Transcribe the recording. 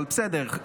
בסדר.